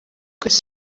twese